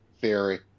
theory